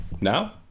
Now